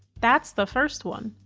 that's the first one.